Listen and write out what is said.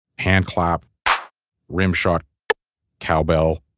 hand clap rimshot cowbell,